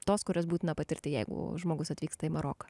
tos kurias būtina patirti jeigu žmogus atvyksta į maroką